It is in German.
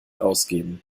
ausgeben